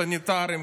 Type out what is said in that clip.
סניטרים,